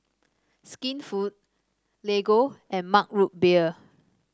Skinfood Lego and Mug Root Beer